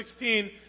16